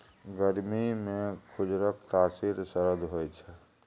गरमीमे खजुरक तासीर सरद होए छै